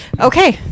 Okay